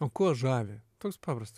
o kuo žavi toks paprastas